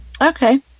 Okay